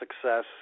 success